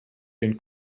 den